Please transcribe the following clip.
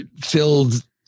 filled